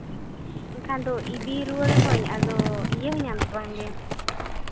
ᱮᱱᱠᱷᱟᱱ ᱫᱚ ᱤᱫᱤ ᱨᱩᱣᱟᱹᱲ ᱟᱹᱢᱟᱹᱧ ᱟᱫᱚ ᱤᱭᱟᱹ ᱤᱧᱟᱹᱢ ᱥᱮ ᱵᱟᱝ ᱜᱮ